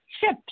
ships